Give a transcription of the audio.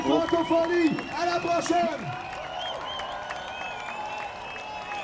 okay okay okay હ